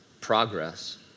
progress